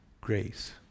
grace